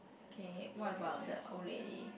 K what about the old lady